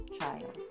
child